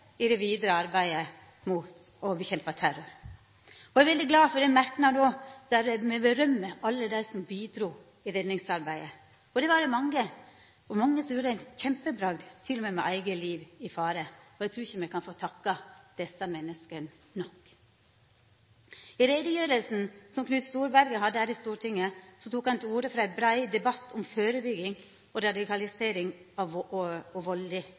i det vidare arbeidet med å nedkjempa terror. Eg er òg veldig glad for den merknaden der det står at komiteen vil «berømme» alle dei som bidrog i redningsarbeidet. Det var mange, og mange gjorde ei kjempebragd, til og med med fare for sitt eige liv. Eg trur ikkje me kan få takka desse menneska nok. I utgreiinga som Knut Storberget hadde her i Stortinget, tok han til orde for ein brei debatt